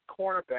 cornerback